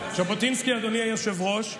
אדוני היושב-ראש,